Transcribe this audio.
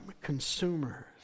consumers